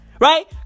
right